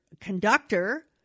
conductor